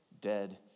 dead